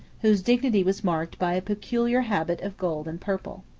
whose dignity was marked by a peculiar habit of gold and purple.